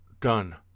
done